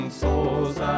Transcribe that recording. souls